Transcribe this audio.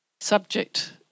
subject